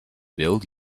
build